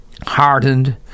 Hardened